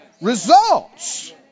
results